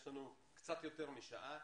יש לנו קצת יותר משעה,